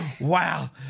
Wow